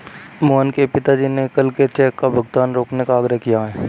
मोहन के पिताजी ने कल के चेक का भुगतान रोकने का आग्रह किए हैं